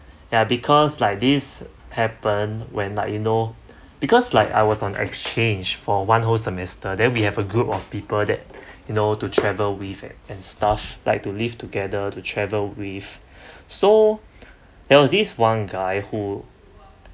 ya because like this happen when like you know because like I was on exchange for one whole semester then we have a group of people that you know to travel with eh and stuff like to live together to travel with so there was this one guy who